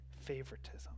favoritism